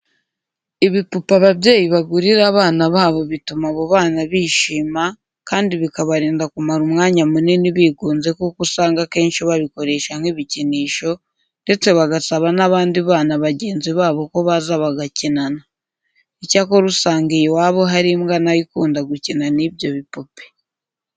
Ibipupe ababyeyi bagurira abana babo bituma abo bana bishima kandi bikabarinda kumara umwanya munini bigunze kuko usanga akenshi babikoresha nk'ibikinisho ndetse bagasaba n'abandi bana bagenzi babo ko baza bagakinana. Icyakora usanga iyo iwabo hari imbwa na yo ikunda gukina n'ibyo bipupe.